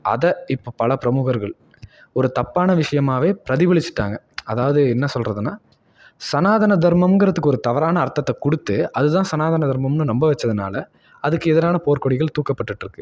அதை இப்போ பல பிரமுகர்கள் ஒரு தப்பான விஷயமாவே பிரதிபலிச்சுட்டாங்க அதாவது என்ன சொல்கிறதுன்னா சனாதன தர்மம்கிறதுக்கு ஒரு தவறான அர்த்தத்தை கொடுத்து அதுதான் சனாதன தர்மம்னு நம்ம வைச்சதுனால அதுக்கு எதிரான போர் கொடிகள் தூக்கப்பட்டுகிட்ருக்கு